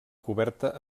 coberta